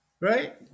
Right